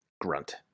grunt